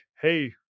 Hey